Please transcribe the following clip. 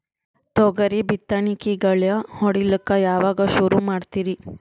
ತೊಗರಿ ಬಿತ್ತಣಿಕಿಗಿ ಗಳ್ಯಾ ಹೋಡಿಲಕ್ಕ ಯಾವಾಗ ಸುರು ಮಾಡತೀರಿ?